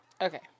Okay